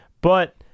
but-